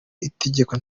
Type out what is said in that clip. itegeko